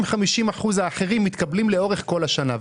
אם ה-50% האחרים מתקבלים לאורך כל השנה,